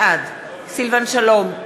בעד סילבן שלום,